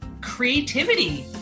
creativity